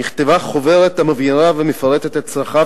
נכתבה חוברת המבהירה ומפרטת את צרכיו